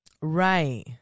right